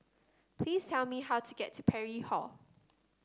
please tell me how to get to Parry Hall